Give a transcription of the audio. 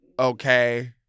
okay